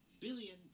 billion